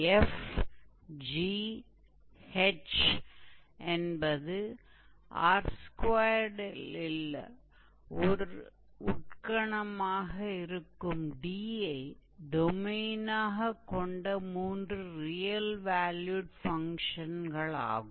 𝑓 𝑔 ℎ என்பது 𝑅2 இல் ஒரு உட்கணமாக இருக்கும் D ஐ டொமெய்னாக கொண்ட மூன்று ரியல் வால்யூடு ஃபங்ஷன்களாகும்